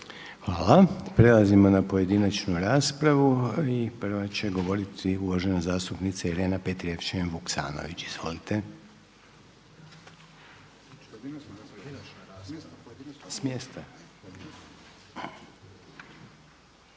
Hvala. Prelazimo na pojedinačnu raspravu i prva će govoriti uvažena zastupnica Irena Petrijevčanin-Vuksanović. Izvolite.